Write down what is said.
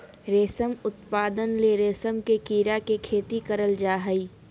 रेशम उत्पादन ले रेशम के कीड़ा के खेती करल जा हइ